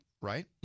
right